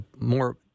more